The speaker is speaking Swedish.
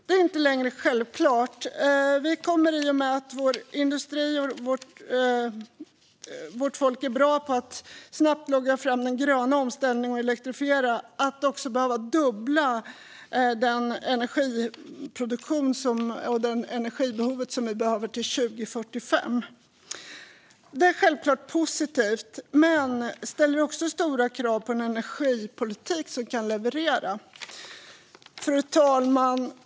Det är inte längre självklart. Vi kommer i och med att vår industri och vårt folk är bra på att snabbt jobba fram den gröna omställningen och elektrifiera att till 2045 behöva fördubbla energiproduktionen för det energibehov som vi kommer att ha. Det är självklart positivt, men det ställer också stora krav på en energipolitik som kan leverera. Fru talman!